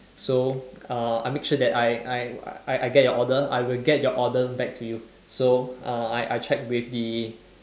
so uh I make sure that I I I I get your order I will get your order back to you so uh I I check with the